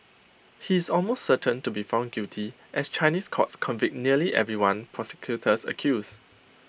he is almost certain to be found guilty as Chinese courts convict nearly everyone prosecutors accuse